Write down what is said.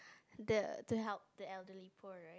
the to help the elderly poor